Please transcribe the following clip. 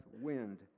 wind